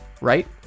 right